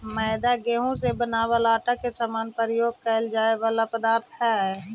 मैदा गेहूं से बनावल आटा के समान प्रयोग कैल जाए वाला पदार्थ हइ